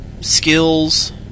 skills